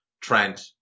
Trent